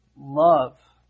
love